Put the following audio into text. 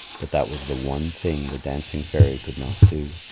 but that was the one thing the dancing fairy could not do.